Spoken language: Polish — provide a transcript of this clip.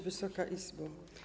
Wysoka Izbo!